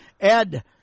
Ed